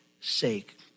sake